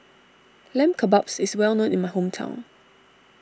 Lamb Kebabs is well known in my hometown